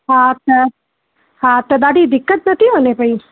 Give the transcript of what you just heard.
हा त हा त ॾाढी दिक़त नथी हले पेई